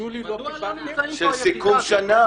של סיכום שנה,